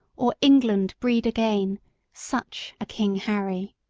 or england breed again such a king harry?